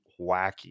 wacky